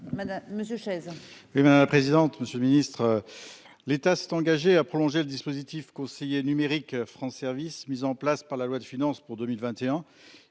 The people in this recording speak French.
madame la présidente. Monsieur le Ministre. L'État s'est engagé à prolonger le dispositif conseiller numérique France service mis en place par la loi de finances pour 2021